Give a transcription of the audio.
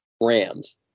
Rams